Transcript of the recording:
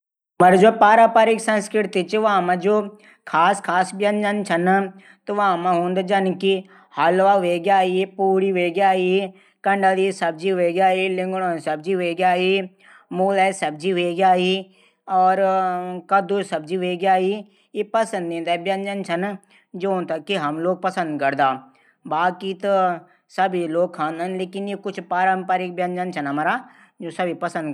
हमरी जू पारंपरिक संस्कृति चा वां मा जू व्यजन हूदन ऊ छन हलवा हवेग्या पूरी हवेग्या कंडली सब्जी हवेग्या लिगुडा सब्जी हुव्येग्या मूला सब्जी हवेग्या और कद्दू सब्जी हवेग्या य पंसदीदा व्यजन छन। जू पारम्परिक व्यजन छन हमरा